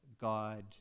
God